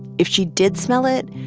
if she did smell it,